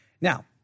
Now